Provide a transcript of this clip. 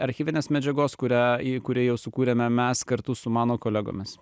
archyvinės medžiagos kurią į kurią jau sukūrėme mes kartu su mano kolegomis